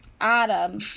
Adam